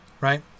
right